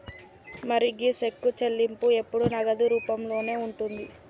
మరి గీ సెక్కు చెల్లింపు ఎప్పుడు నగదు రూపంలోనే ఉంటుంది